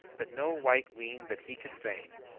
that no wight weened that he coulde feign,